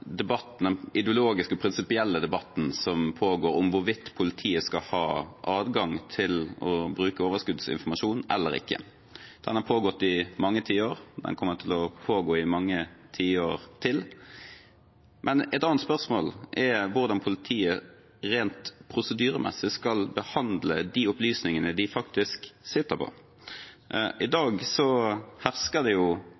debatten som pågår om hvorvidt politiet skal ha adgang til å bruke overskuddsinformasjon eller ikke. Den har pågått i mange tiår, og den kommer til å pågå i mange tiår til. Et annet spørsmål er hvordan politiet rent prosedyremessig skal behandle de opplysningene de faktisk sitter på. I